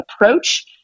approach